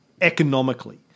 economically